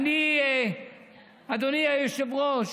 אדוני היושב-ראש,